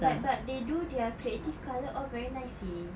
but but they do their creative colour all very nice seh